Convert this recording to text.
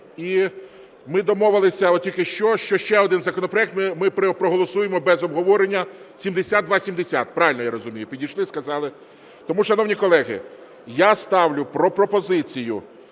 і ми домовилися тільки що, що ще один законопроект ми проголосуємо без обговорення – 7270. Правильно я розумію? Підійшли сказали. Тому, шановні колеги, я ставлю пропозицію